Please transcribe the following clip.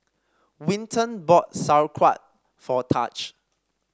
Winton bought Sauerkraut for Tahj